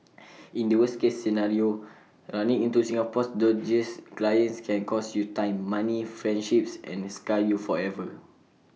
in the worst case scenario running into Singapore's dodgiest clients can cost you time money friendships and scar you forever